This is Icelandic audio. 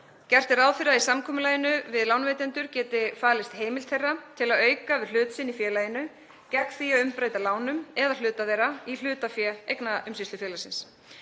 fyrir að í samkomulagi við lánveitendur geti falist heimild þeirra til að auka við hlut sinn í félaginu gegn því að umbreyta lánum, eða hluta þeirra, í hlutafé eignaumsýslufélagsins.